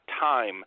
time